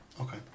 Okay